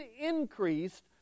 increased